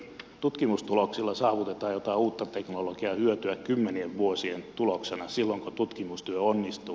tutkimustuloksilla saavutetaan jotain uutta teknologiaa ja hyötyä kymmenien vuosien tuloksena silloin kun tutkimustyö onnistuu